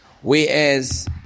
Whereas